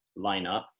lineup